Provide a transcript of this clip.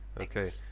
Okay